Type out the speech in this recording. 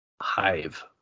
Hive